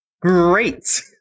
Great